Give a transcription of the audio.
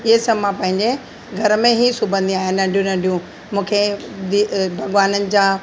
इहे सभु मां पंहिंजे घर में ई सिबंदी आहियां नंढियूं नंढियूं मूंखे बि भॻिवाननि जा